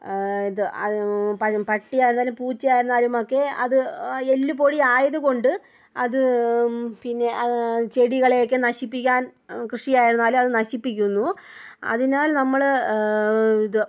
ഇത് പഴം പട്ടി ആയിരുന്നാലും പൂച്ചയായിരുന്നാലുമൊക്കെ അത് എല്ലുപൊടി ആയതുകൊണ്ട് അത് പിന്നെ ചെടികളെയൊക്കെ നശിപ്പിക്കാൻ കൃഷി ആയിരുന്നാലും അത് നശിപ്പിക്കുന്നു അതിനാൽ നമ്മൾ ഇത്